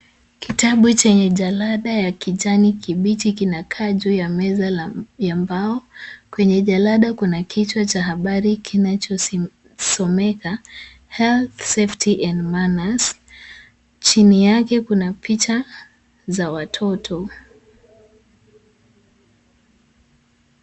Kitabu chenye jalada ya kijani kibichi kinakaa juu ya meza ya mbao kwenye jalada kuna kichwa cha habari kinachosomeka health, safety and manners . Chini yake kuna picha za watoto.